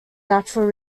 natural